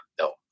no